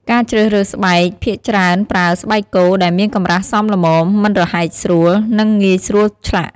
ការជ្រើសរើសស្បែក ភាគច្រើនប្រើ ស្បែកគោ ដែលមានកម្រាស់សមល្មម មិនរហែកស្រួល និងងាយស្រួលឆ្លាក់។